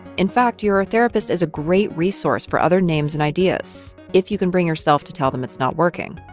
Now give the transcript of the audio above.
in fact, your therapist is a great resource for other names and ideas if you can bring herself to tell them it's not working.